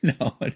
No